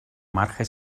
marge